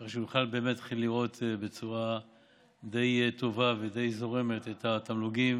כדי שנוכל להתחיל לראות בצורה די טובה ודי זורמת את התמלוגים